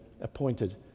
appointed